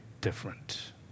different